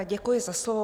Děkuji za slovo.